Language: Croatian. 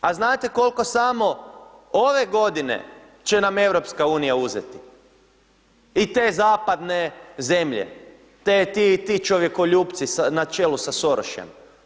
A znate kolko samo ove godine će nam EU uzeti i te zapadne zemlje, te, ti čovjekoljupci na čelu sa Sorošem.